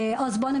יש